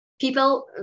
people